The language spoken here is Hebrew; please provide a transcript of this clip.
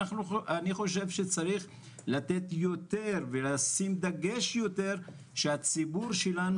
יש לנו חשש מאוד גדול שזה לא מה שיפתור את הבעיה.